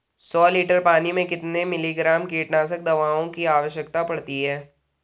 सौ लीटर पानी में कितने मिलीग्राम कीटनाशक दवाओं की आवश्यकता पड़ती है?